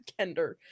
kender